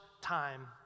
time